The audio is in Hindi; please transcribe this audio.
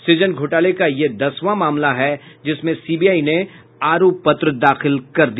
सूजन घोटाले का यह दसवां मामला है जिसमें सीबीआई ने आरोप पत्र दाखिल कर दिया